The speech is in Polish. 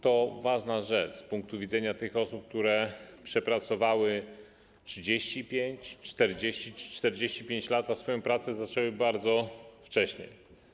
To ważna rzecz z punktu widzenia osób, które przepracowały 35, 40 czy 45 lat, a swoją pracę zaczęły bardzo wcześnie.